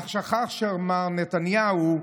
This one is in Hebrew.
אך שכח שמר נתניהו,